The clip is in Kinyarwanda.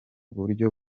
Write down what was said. buryo